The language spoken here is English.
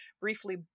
briefly